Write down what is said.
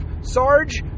SARGE